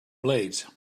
blades